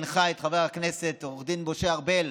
הנחה את חבר הכנסת עו"ד משה ארבל